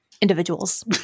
individuals